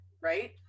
right